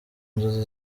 nzozi